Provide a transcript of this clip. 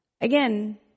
Again